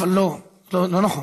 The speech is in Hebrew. לא, לא נכון.